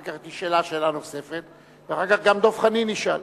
אחר כך היא תשאל שאלה נוספת ואחר כך גם דב חנין ישאל.